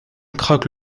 craque